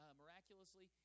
miraculously